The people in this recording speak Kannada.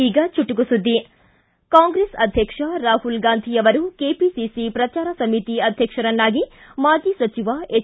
ಈಗ ಚುಟುಕು ಸುದ್ದಿ ಕಾಂಗ್ರೆಸ್ ಅಧ್ಯಕ್ಷ ರಾಹುಲ್ ಗಾಂಧಿ ಅವರು ಕೆಪಿಸಿಸಿ ಪ್ರಚಾರ ಸಮಿತಿ ಅಧ್ಯಕ್ಷರನ್ನಾಗಿ ಮಾಜಿ ಸಚಿವ ಎಚ್